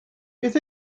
beth